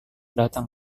datang